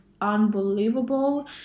unbelievable